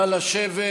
נא לשבת.